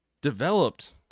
developed